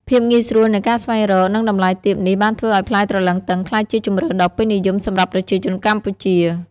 ភាពងាយស្រួលនៃការស្វែងរក និងតម្លៃទាបនេះបានធ្វើឲ្យផ្លែទ្រលឹងទឹងក្លាយជាជម្រើសដ៏ពេញនិយមសម្រាប់ប្រជាជនកម្ពុជា។